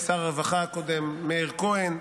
שר הרווחה הקודם מאיר כהן,